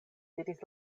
diris